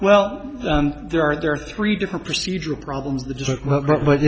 well there are there are three different procedural problems